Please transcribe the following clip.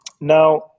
Now